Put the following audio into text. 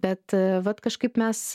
bet vat kažkaip mes